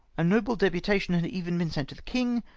a noble deputation had even been sent to the king,